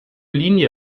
linie